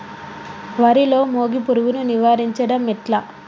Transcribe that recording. వరిలో మోగి పురుగును నివారించడం ఎట్లా?